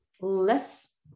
less